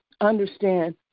understand